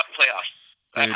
playoffs